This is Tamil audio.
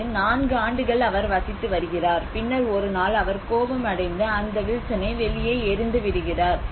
இங்கு 4 ஆண்டுகள் அவர் வசித்து வருகிறார் பின்னர் ஒரு நாள் அவர் கோபமடைந்து அந்த வில்சனை வெளியே எறிந்து விடுகிறார்